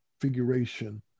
configuration